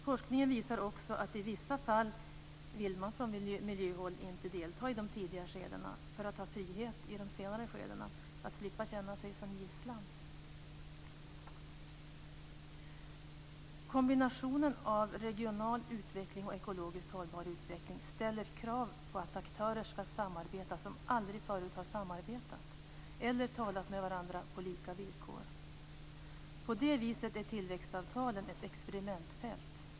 Forskningen visar också att man i vissa fall på miljöhål inte vill delta i de tidiga skedena för att ha frihet i de senare skedena att slippa känna sig som gisslan. Kombinationen av regional utveckling och ekologiskt hållbar utveckling ställer krav på att aktörer ska samarbeta som aldrig förut har samarbetat eller talat med varandra på lika villkor. På det sättet är tillväxtavtalen ett experimentfält.